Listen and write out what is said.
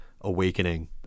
Awakening